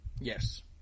Yes